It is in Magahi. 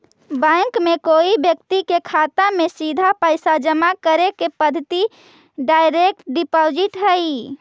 बैंक में कोई व्यक्ति के खाता में सीधा पैसा जमा करे के पद्धति डायरेक्ट डिपॉजिट हइ